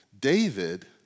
David